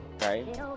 right